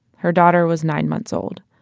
her daughter was nine months old.